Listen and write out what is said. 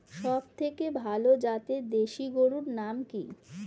সবথেকে ভালো জাতের দেশি গরুর নাম কি?